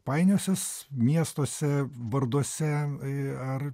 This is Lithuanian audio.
painiosis miestuose varduose ir ar